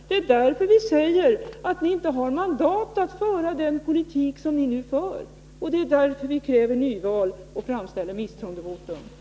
Det är därför vi säger att ni inte har mandat att föra den politik ni nu för, och det är därför vi kräver nyval och framställer yrkande om misstroendevotum.